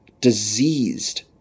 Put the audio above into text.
diseased